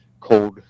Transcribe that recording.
cold